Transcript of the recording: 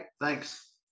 Thanks